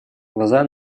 глаза